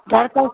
डँरकस